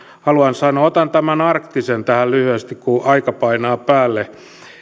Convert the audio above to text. haluan sanoa otan tämän arktisen tähän lyhyesti kun aika painaa päälle